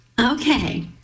Okay